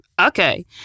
Okay